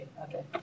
okay